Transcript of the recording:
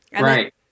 Right